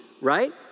right